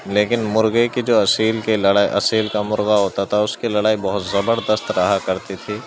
لیکن مرغے کی جو اصیل کی لڑائی اصیل کا مرغہ ہوتا تھا اس کی لڑائی بہت زبردست رہا کرتی تھی